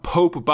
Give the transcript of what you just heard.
Pope